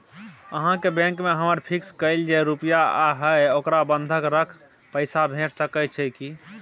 अहाँके बैंक में हमर फिक्स कैल जे रुपिया हय ओकरा बंधक रख पैसा भेट सकै छै कि?